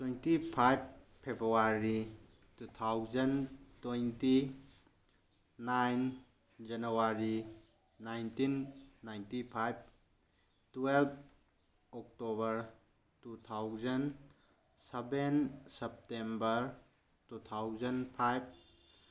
twenty five February two thousand twenty nine January nineteen ninety five twelve October two thousand seven September two thousand five